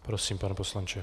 Prosím, pane poslanče.